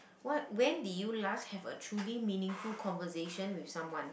what when did you last have a truly meaningful conversation with someone